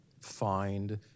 find